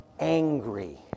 Angry